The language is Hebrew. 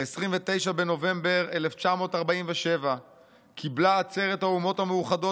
"ב-29 בנובמבר 1947 קיבלה עצרת האומות המאוחדות